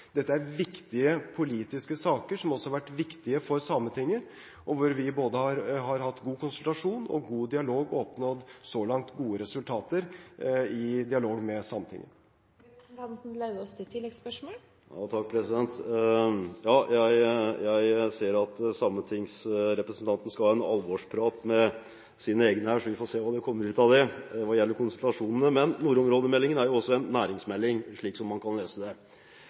Dette er viktige politiske saker, som også har vært viktige for Sametinget, og hvor vi både har hatt god konsultasjon og god dialog og så langt har oppnådd gode resultater i dialog med Sametinget. Jeg ser at sametingsrepresentanten skal ha en alvorsprat med sine egne, så vi får se hva som kommer ut av det når det gjelder konsultasjonene. Nordområdemeldingen er, slik man kan lese den, også en næringsmelding. Vi ser i forslaget til statsbudsjett for 2015 at det